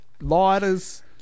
lighters